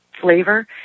flavor